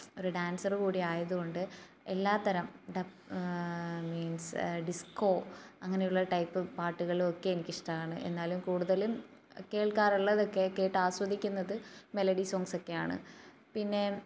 ഒരു ഡാൻസർ കൂടി ആയതുകൊണ്ട് എല്ലാത്തരം ഡ മീൻസ് ഡിസ്ക്കോ അങ്ങനെയുള്ള ടൈപ്പ് പാട്ടുകളും ഒക്കെ എനിക്കിഷ്ടമാണ് എന്നാലും കൂടുതലും കേൾക്കാറുള്ളത് കേ കേട്ട് ആസ്വദിക്കുന്നത് മെലഡി സോങ്സ് ഒക്കെയാണ് പിന്നെ